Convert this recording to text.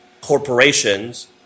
corporations